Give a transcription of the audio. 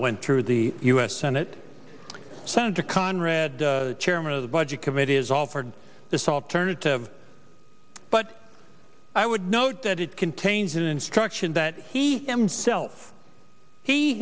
went through the us senate senator conrad chairman of the budget committee has offered this alternative but i would note that it contains an instruction that he himself he